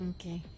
Okay